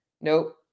Nope